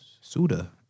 Suda